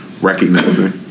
recognizing